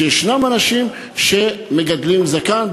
ויש אנשים שמגדלים זקן,